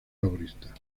laborista